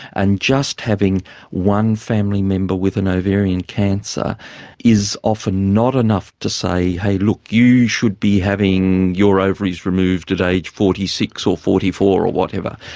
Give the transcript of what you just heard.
and just having one family member with an ovarian cancer is often not enough to say, hey look, you should be having your ovaries removed at age forty six or forty four or whatever.